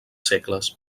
segles